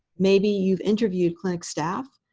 maybe you've interviewed clinic staff,